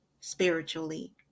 spiritually